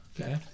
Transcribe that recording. Okay